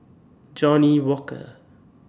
Johnnie Walker